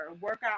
workout